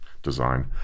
design